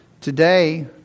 today